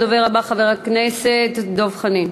הדובר הבא, חבר הכנסת דב חנין.